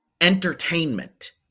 entertainment